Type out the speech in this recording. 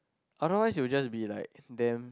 otherwise it will just be like damn